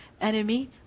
enemy